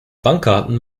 bankkarten